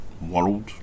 world